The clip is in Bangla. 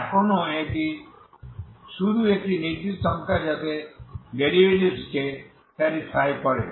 তাই এখনও এটি শুধু একটি নির্দিষ্ট সংখ্যা যাতে ডেরিভেটিভসকে স্যাটিসফাই করে